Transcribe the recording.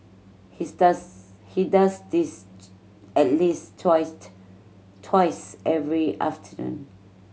his does he does this at least twice every afternoon